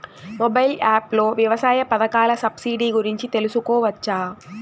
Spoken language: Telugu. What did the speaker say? మొబైల్ యాప్ లో వ్యవసాయ పథకాల సబ్సిడి గురించి తెలుసుకోవచ్చా?